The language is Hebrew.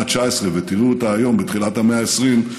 ה-19 ותראו אותה היום בתחילת המאה ה-20,